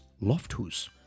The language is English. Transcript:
Loftus